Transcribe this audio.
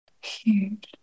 huge